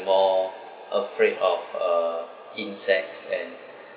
more afraid of uh insects and